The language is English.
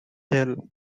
hell